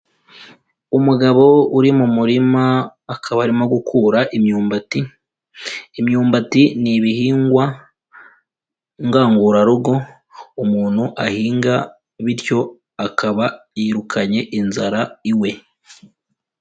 Umugabo uri mu murima akaba arimo gukura imyumbati, imyumbati ni ibihingwa ngangurarugo umuntu ahinga bityo akaba yirukanye inzara iwe.